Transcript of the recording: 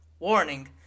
Warning